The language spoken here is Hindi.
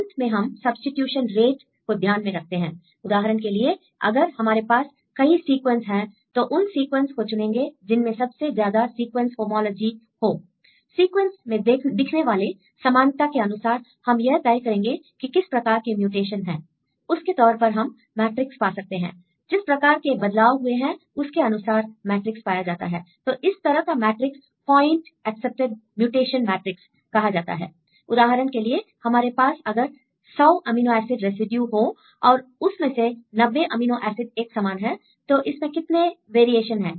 अंत में हम सब्सीट्यूशन रेट को ध्यान में रखते हैंI उदाहरण के लिए अगर हमारे पास कई सीक्वेंस हैं तो उन सीक्वेंस को चुनेंगे जिनमें सबसे ज्यादा सीक्वेंस होमोलॉजी हो I सीक्वेंस में दिखने वाले समानता के अनुसार हम यह तय करेंगे कि किस प्रकार के म्यूटेशन हैं I उसके तौर पर हम मैट्रिक्स पा सकते हैं I जिस प्रकार के बदलाव हुए हैं उसके अनुसार मैट्रिक्स पाया जाता है I तो इस तरह का matrix point accepted mutation matrix कहा जाता है I उदाहरण के लिए हमारे पास अगर 100 अमीनो एसिड रेसिड्यू हो और उसमें से 90 अमीनो एसिड एक समान हैं तो इसमें कितने वेरिएशन हैं